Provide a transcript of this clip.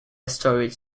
storage